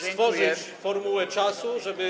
stworzyć formułę czasu, żeby.